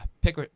pick